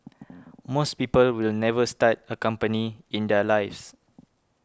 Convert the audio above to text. most people will never start a company in their lives